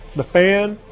the fan,